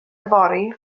yfory